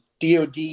DOD